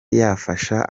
yafasha